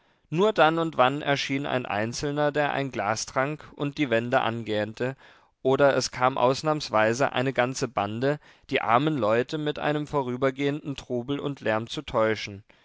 nur dann und wann erschien ein einzelner der ein glas trank und die wände angähnte oder es kam ausnahmsweise eine ganze bande die armen leute mit einem vorübergehenden trubel und lärm zu täuschen